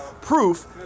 proof